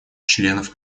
членов